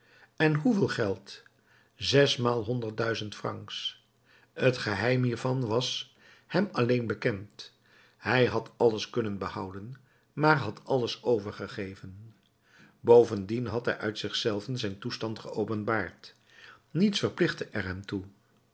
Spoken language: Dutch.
en hoeveel geld zesmaal honderd duizend francs het geheim hiervan was hem alleen bekend hij had alles kunnen behouden maar had alles overgegeven bovendien had hij uit zich zelven zijn toestand geopenbaard niets verplichtte er hem toe